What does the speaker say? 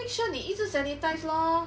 make sure 你一直 sanitize lor